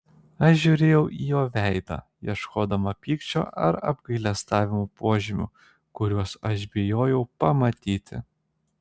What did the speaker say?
aš žiūrėjau į jo veidą ieškodama pykčio ar apgailestavimo požymių kuriuos aš bijojau pamatyti